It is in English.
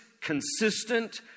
consistent